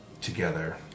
together